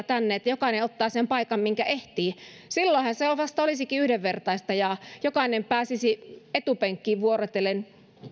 tänne että jokainen ottaa sen paikan minkä ehtii silloinhan se vasta olisikin yhdenvertaista ja jokainen pääsisi etupenkkiin vuorotellen